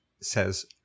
Says